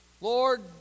Lord